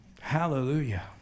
Hallelujah